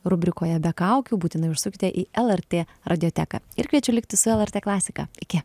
rubrikoje be kaukių būtinai užsukite į lrt radijoteką ir kviečiu likti su lrt klasika